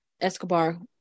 Escobar